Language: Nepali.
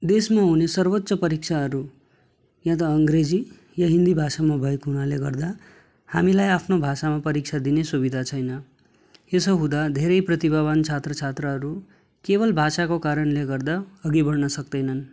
देशमा हुने सर्वोच्च परीक्षाहरू या त अङ्ग्रेजी या हिन्दी भाषामा भएको हुनाले गर्दा हामीलाई आफ्नो भाषामा परीक्षा दिने सुविधा छैन यसो हुँदा धेरै प्रतिभावान् छात्र छात्राहरू केवल भाषाको कारणले गर्दा अघि बढ्न सक्तैनन्